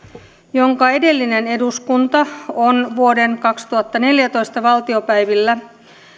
jonka edellinen eduskunta on vuoden kaksituhattaneljätoista valtiopäivillä